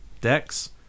decks